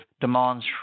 demands